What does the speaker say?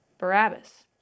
Barabbas